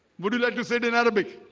would you like to sit in arabic?